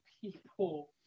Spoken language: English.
people